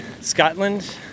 Scotland